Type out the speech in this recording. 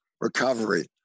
recovery